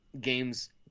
games